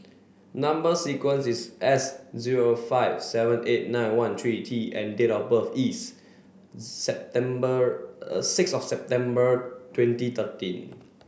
number sequence is S zero five seven eight nine one three T and date of birth is September six of September twenty thirteen